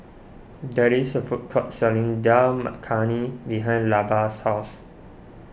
that is a food court selling Dal Makhani behind Levar's house